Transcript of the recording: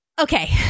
Okay